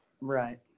right